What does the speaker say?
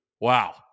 Wow